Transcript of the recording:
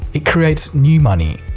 it creates new money.